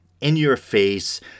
in-your-face